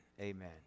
Amen